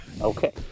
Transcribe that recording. Okay